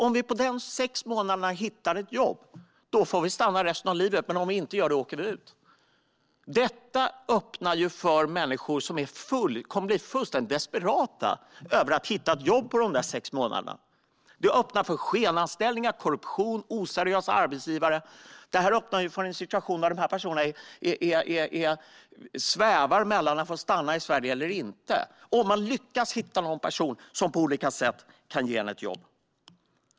Om vi på dessa sex månader hittar ett jobb får vi stanna resten av livet, men om vi inte hittar något jobb åker vi ut. Detta öppnar för att människor kommer att bli fullständigt desperata efter att hitta ett jobb på de sex månaderna. Det öppnar för skenanställningar, korruption och oseriösa arbetsgivare. Det här öppnar för en situation där dessa personer svävar mellan att få stanna och att inte få stanna i Sverige, och det hela beror på huruvida man lyckas att hitta en person som på olika sätt kan ordna ett jobb. Herr talman!